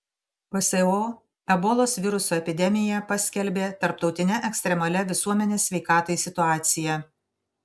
pso ebolos viruso epidemiją paskelbė tarptautine ekstremalia visuomenės sveikatai situacija